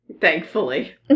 thankfully